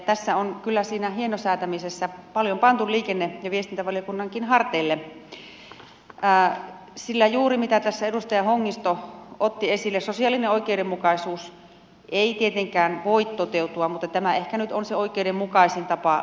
tässä on kyllä siinä hienosäätämisessä paljon pantu liikenne ja viestintävaliokunnankin harteille sillä juuri kuten tässä edustaja hongisto otti esille sosiaalinen oikeudenmukaisuus ei tietenkään voi toteutua mutta tämä ehkä nyt on se oikeudenmukaisin tapa lähestyä asiaa